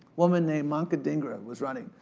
woman named manka dhingra was running.